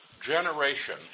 generation